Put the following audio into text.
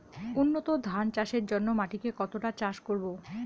উন্নত ধান চাষের জন্য মাটিকে কতটা চাষ করব?